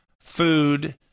food